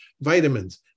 Vitamins